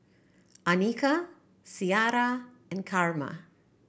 Annika Ciara and Carma